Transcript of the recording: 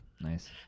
nice